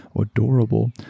adorable